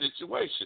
situation